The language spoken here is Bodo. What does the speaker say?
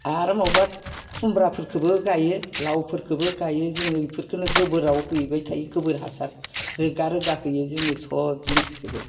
आरो माबेयावबा खुमब्राफोरखौबो गाइयो लावफोरखौबो गाइयो जोङो बिफोरखौनो गोबोराव हैबाय थायो गोबोर हासार रोगा रोगा हैयो जोङो सब जिनिसखौबो